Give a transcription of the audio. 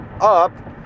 up